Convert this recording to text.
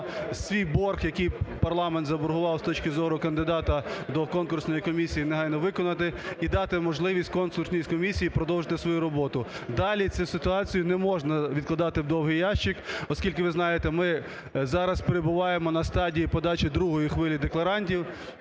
свій борг, який парламент заборгував з точки зору кандидата до конкурсної комісії, негайно виконати і дати можливість конкурсній комісії продовжити свою роботу. Далі цю ситуацію не можна відкладати в довгий ящик, оскільки, ви знаєте, ми зараз перебуваємо на стадії подачі другої хвилі декларантів.